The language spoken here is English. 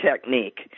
technique